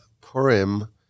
Purim